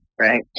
right